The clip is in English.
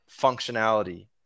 functionality